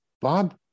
Bob